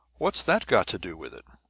what that's got to do with it.